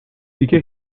دیگه